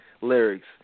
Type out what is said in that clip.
lyrics